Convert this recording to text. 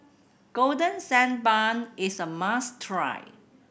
Golden Sand Bun is a must try